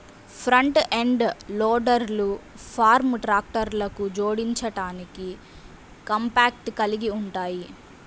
front end లోడర్లు farm ట్రాక్టర్లకు జోడించడానికి కాంపాక్ట్ కలిగి ఉంటాయి